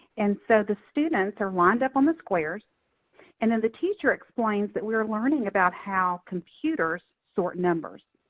and so the students are lined up on the squares and then the teacher explains that we are learning about how computers sort numbers.